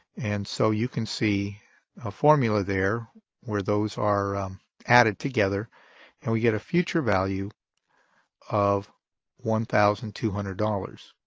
and so you can see a formula there where those are added together and we get a future value of one thousand two hundred dollars.